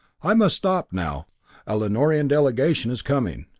i must stop now a lanorian delegation is coming.